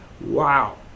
Wow